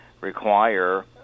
require